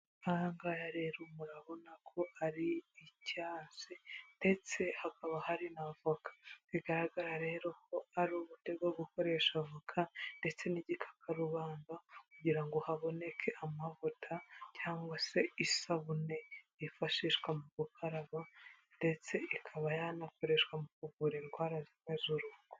Ahangaha rero murabona ko ari icyasi ndetse hakaba hari n'abavoka, bigaragara rero ko ari uburyo bwo gukoresha avoka ndetse n'igikakarubamba kugira ngo haboneke amavuta cyangwa se isabune yifashishwa mu gukaraba ndetse ikaba yanakoreshwa mu kuvura indwara zimwe z'uruhu.